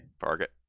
target